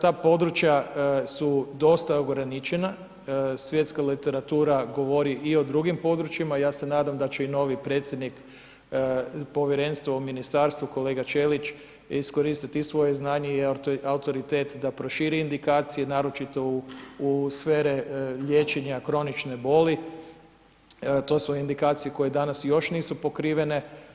Ta područja su dosta ograničena, svjetska literatura govori i o drugim područjima, ja se nadam da će i novi predsjednik Povjerenstva u Ministarstvu, kolega Čelić, iskoristiti i svoje znanje i autoritet da proširi indikacije, naročito u sfere liječenja kronične boli, to su indikacije koje danas još nisu pokrivene.